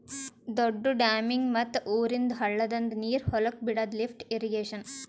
ದೊಡ್ದು ಡ್ಯಾಮಿಂದ್ ಮತ್ತ್ ಊರಂದ್ ಹಳ್ಳದಂದು ನೀರ್ ಹೊಲಕ್ ಬಿಡಾದು ಲಿಫ್ಟ್ ಇರ್ರೀಗೇಷನ್